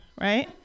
right